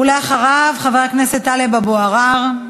ואחריו חבר הכנסת טלב אבו עראר.